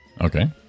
Okay